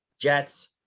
Jets